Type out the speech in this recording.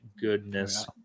goodness